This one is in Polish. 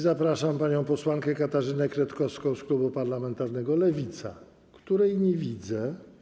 Zapraszam panią posłankę Katarzynę Kretkowską z klubu parlamentarnego Lewica, której nie widzę.